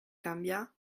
canviar